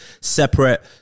separate